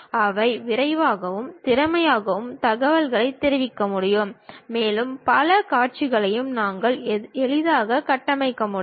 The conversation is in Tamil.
அவை விரைவாகவும் திறமையாகவும் தகவல்களைத் தெரிவிக்க முடியும் மேலும் பல காட்சிகளையும் நாங்கள் எளிதாகக் கட்டமைக்க முடியும்